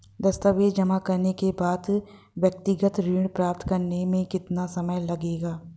दस्तावेज़ जमा करने के बाद व्यक्तिगत ऋण प्राप्त करने में कितना समय लगेगा?